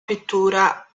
pittura